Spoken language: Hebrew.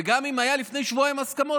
וגם אם היו לפני שבועיים הסכמות,